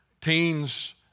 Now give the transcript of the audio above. Teens